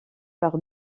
par